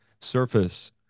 surface